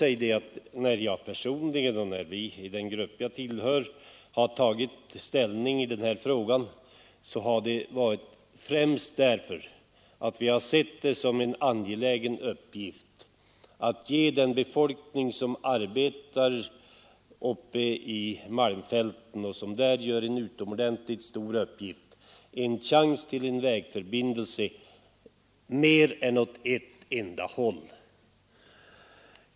Men när jag personligen och den grupp jag tillhör har tagit ställning för en vägförbindelse, så är det främst därför att vi anser det angeläget att ge den befolkning, som arbetar i Malmfälten och som där gör en utomordentligt god insats, vägförbindelse åt mer än ett enda håll.